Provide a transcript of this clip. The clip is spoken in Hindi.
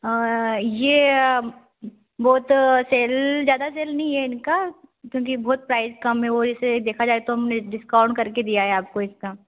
ये वो तो सेल ज्यादा सेल नहीं है इनका क्योंकि बहुत प्राइस कम है और इसे देखा जाए तो हमने डिस्काउंट कर के दिया है आपको